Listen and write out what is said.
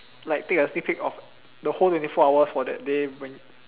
like take a sneak peek for like the whole twenty four hour of that day